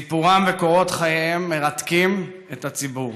סיפורם וקורות חייהם מרתקים את הציבור.